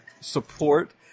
support